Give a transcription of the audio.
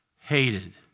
hated